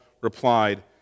replied